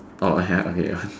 oh I have okay